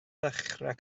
ddechrau